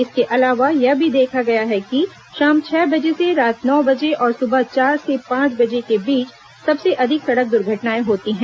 इसके अलावा यह भी देखा गया है कि शाम छह बजे से रात नौ बजे और सुबह चार से पांच बजे के बीच सबसे अधिक सड़क दुर्घटनाएं होती हैं